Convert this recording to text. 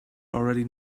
already